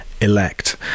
elect